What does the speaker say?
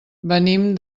venim